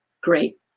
Great